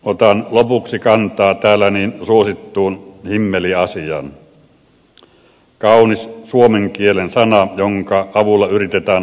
otan lopuksi kantaa täällä niin suosittuun himmeliasiaan kaunis suomen kielen sana jonka avulla yritetään harhauttaa